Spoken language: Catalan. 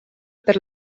per